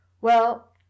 Well